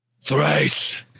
Thrice